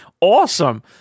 awesome